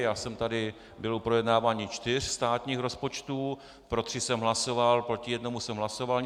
Já jsem tady byl u projednávání čtyř státních rozpočtů, pro tři jsem hlasoval, proti jednomu jsem hlasoval.